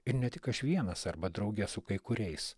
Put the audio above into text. ir ne tik aš vienas arba drauge su kai kuriais